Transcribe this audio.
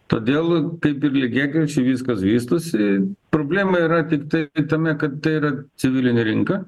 todėl kaip ir lygiagrečiai viskas vystosi problema yra tiktai tame kad ir civilinė rinka